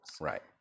Right